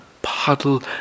puddle